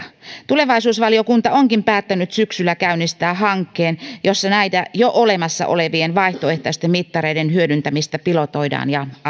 tulevaisuusvaliokunta onkin päättänyt käynnistää syksyllä hankkeen jossa näitä jo olemassa olevien vaihtoehtoisten mittareiden hyödyntämistä pilotoidaan